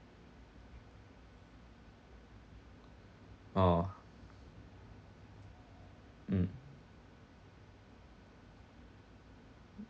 oh mm